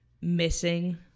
missing